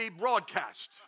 broadcast